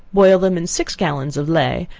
boil them in six gallons of ley,